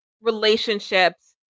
relationships